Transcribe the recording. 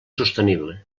sostenible